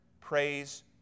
praise